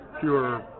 pure